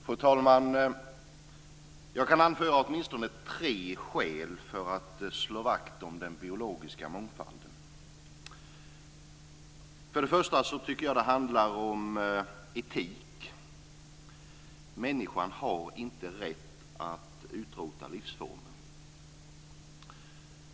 Fru talman! Jag kan anföra tre skäl för att slå vakt om den biologiska mångfalden. För det första tycker jag att det handlar om etik. Människan har inte rätt att utrota livsformer.